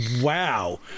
Wow